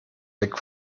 weg